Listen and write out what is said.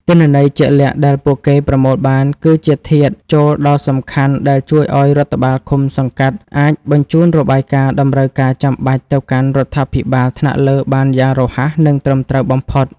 ទិន្នន័យជាក់លាក់ដែលពួកគេប្រមូលបាន គឺជាធាតុចូលដ៏សំខាន់ដែលជួយឱ្យរដ្ឋបាលឃុំ-សង្កាត់ អាចបញ្ជូនរបាយការណ៍តម្រូវការចាំបាច់ទៅកាន់រដ្ឋាភិបាលថ្នាក់លើបានយ៉ាងរហ័ស និងត្រឹមត្រូវបំផុត។